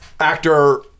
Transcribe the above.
Actor